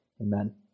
Amen